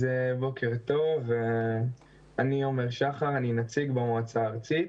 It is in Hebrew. בוקר טוב, אני נציג במועצה הארצית.